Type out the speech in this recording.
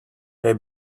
they